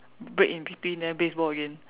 break in between then baseball again